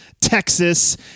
Texas